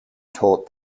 taught